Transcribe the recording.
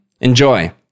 Enjoy